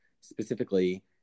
specifically